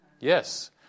Yes